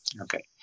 Okay